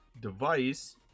device